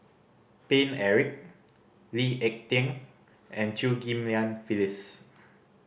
Paine Eric Lee Ek Tieng and Chew Ghim Lian Phyllis